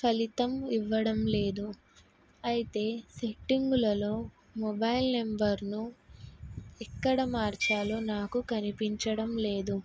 ఫలితం ఇవ్వడం లేదు అయితే సెట్టింగులలో మొబైల్ నెంబర్ను ఎక్కడ మార్చలో నాకు కనిపించడం లేదు